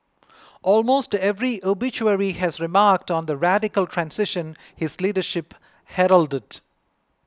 almost every obituary has remarked on the radical transition his leadership heralded